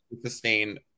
sustain